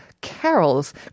carols